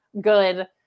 Good